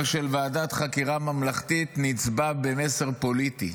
של ועדת חקירה ממלכתית נצבע כמסר פוליטי.